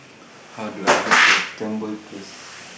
How Do I get to Jambol Place